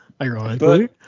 ironically